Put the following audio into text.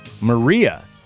Maria